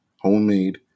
homemade